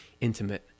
intimate